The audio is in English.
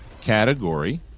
category